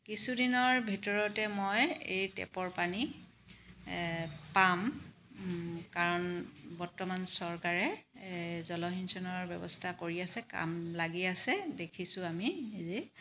কিছুদিনৰ ভিতৰতে মই এই টেপৰ পানী পাম কাৰণ বৰ্তমান চৰকাৰে জলসিঞ্জনৰ ব্যৱস্থা কৰি আছে কাম লাগি আছে দেখিছোঁ আমি নিজে